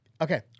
Okay